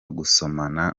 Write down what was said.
gusomana